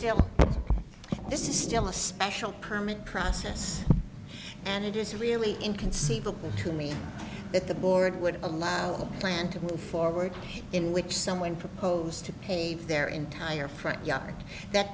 still this is still a special permit process and it is really inconceivable to me that the board would allow a plan to move forward in which someone proposed to pave their entire front yard that